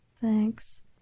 Thanks